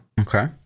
Okay